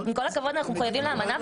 עם כל הכבוד, אנחנו חייבים לאמנה.